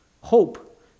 hope